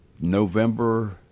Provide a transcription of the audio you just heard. November